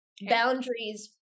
boundaries